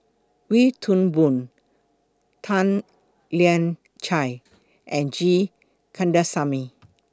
Wee Toon Boon Tan Lian Chye and G Kandasamy